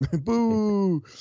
boo